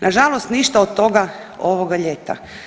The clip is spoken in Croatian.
Nažalost ništa od toga ovoga ljeta.